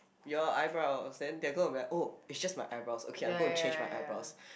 your eyebrows and they're gonna be like oh it's just my eyebrows okay I'm gonna change my eyebrows